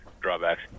drawbacks